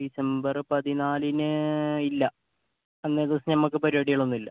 December പതിനാലിന് ഇല്ല അന്നേ ദിവസം നമുക്ക് പരിപാടികളൊന്നൂല